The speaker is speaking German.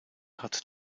hat